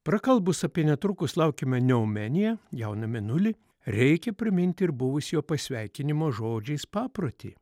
prakalbus apie netrukus laukiamą neomeniją jauną mėnulį reikia priminti ir buvusio pasveikinimo žodžiais paprotį